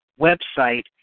website